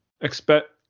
expect